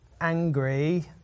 angry